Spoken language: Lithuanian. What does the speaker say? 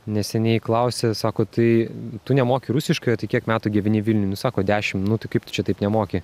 neseniai klausė sako tai tu nemoki rusiškai o tiek metų gyveni vilniuj nu sako dešim nu tai kaip tu čia taip nemoki